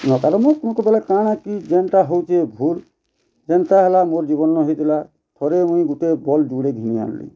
ନକାରାତ୍ମକ୍ ବଲେ କାଣା କି ଯେନ୍ଟା ହଉଛେ ଭୁଲ୍ ଯେନ୍ତା ହେଲା ମୋର୍ ଜୀବନ୍ ନ ହେଇଥିଲା ଥରେ ମୁଇଁ ଗୁଟେ ବଲ୍ବ ଜୁଡ଼େ ଘିନି ଆନ୍ଲି